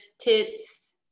tits